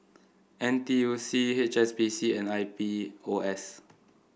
N T U C H S B C and I P O S